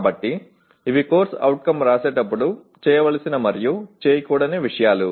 కాబట్టి ఇవి course outcome వ్రాసేటప్పుడు చేయవలసినవి మరియు చేయకూడని విషయాలు